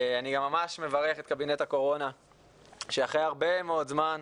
אני מברך את קבינט הקורונה שאחרי הרבה מאוד זמן,